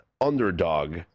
underdog